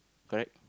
correct